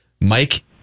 Mike